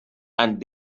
and